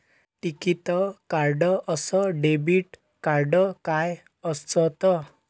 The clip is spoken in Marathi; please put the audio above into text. टिकीत कार्ड अस डेबिट कार्ड काय असत?